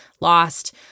lost